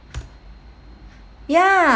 ya